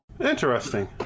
Interesting